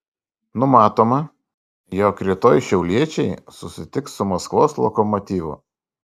numatoma jog rytoj šiauliečiai susitiks su maskvos lokomotyvu